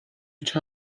each